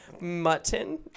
mutton